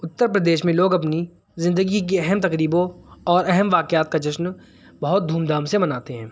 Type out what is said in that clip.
اترپردیش میں لوگ اپنی زندگی کی اہم تقریبوں اور اہم واقعات کا جشن بہت دھوم دھام سے مناتے ہیں